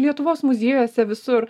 lietuvos muziejuose visur